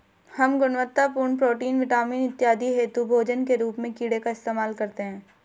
हम गुणवत्तापूर्ण protein, vitamin इत्यादि हेतु भोजन के रूप में कीड़े का इस्तेमाल करते हैं